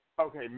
Okay